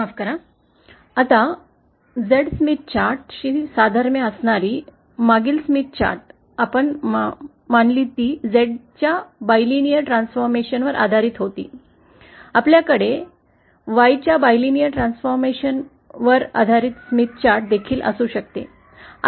माफ करा आता Zस्मिथ चार्ट शी साधर्म्य असणारी मागीलस्मिथ चार्ट आम्ही मानली ती Z च्या बायलिनर परिवर्तनावर आधारित होती आणि आमच्याकडे Y च्या बायलिनर ट्रान्सफॉर्मेशनवर आधारितस्मिथ चार्ट देखील असू शकतो